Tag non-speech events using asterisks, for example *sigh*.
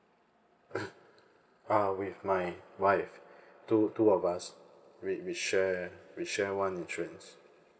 *coughs* uh with my wife two two of us we we share we share one insurance